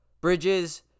bridges